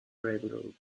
railroad